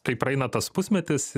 kai praeina tas pusmetis